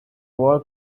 war